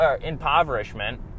impoverishment